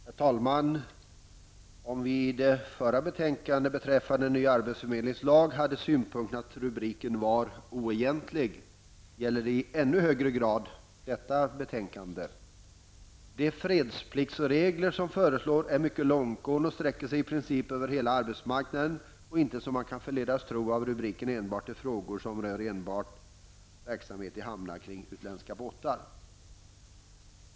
Herr talman! Om vi i det förra betänkandet beträffande ny arbetsförmedlingslag hade synpunkten att rubriken var oegentlig, gäller det i ännu högre grad detta betänkande. De fredspliktsregler som föreslås är mycket långtgående och sträcker sig i princip över hela arbetsmarknaden och inte, som man kan förledas tro av rubriken, enbart till frågor som rör verksamhet i hamnar kring utländska båtar.